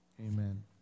Amen